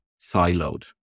siloed